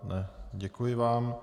Ne, děkuji vám.